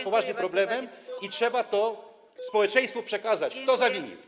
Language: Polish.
poważnym problemem i trzeba społeczeństwu przekazać, kto zawinił.